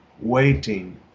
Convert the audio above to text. waiting